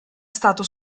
stato